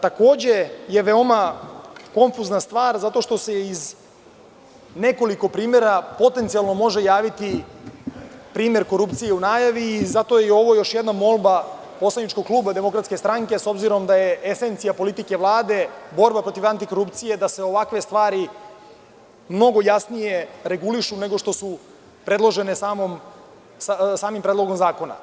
Takođe je veoma konfuzna stvar zato što se iz nekoliko primera potencijalno može javiti primer korupcije u najavi i zato je ovo još jednom molba poslaničkog kluba Demokratske stranke, s obzirom da je esencija politike Vlade borba protiv antikorupcije da se ovakve stvari mnogo jasnije regulišu nego što su predložene samim Predlogom zakona.